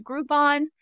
Groupon